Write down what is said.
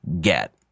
get